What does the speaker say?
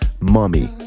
Mommy